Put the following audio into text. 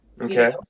Okay